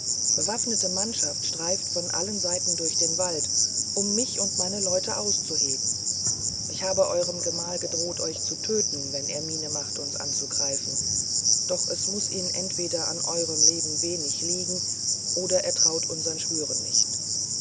bewaffnete mannschaft streift von allen seiten durch den wald um mich und meine leute aufzuheben ich habe eurem gemahl gedroht euch zu töten wenn er miene mache uns anzugreifen doch es muß ihm entweder an eurem leben wenig liegen oder er traut unsern schwüren nicht